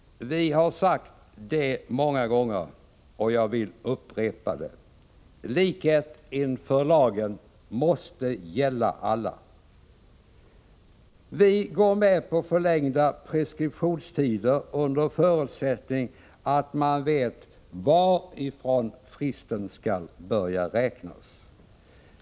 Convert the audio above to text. Vi har sagt det många gånger och jag vill upprepa det: Likhet inför lagen måste gälla alla. Vi går med på förlängda preskriptionstider under förutsättning att man vet från vilken tidpunkt fristen skall börja räknas.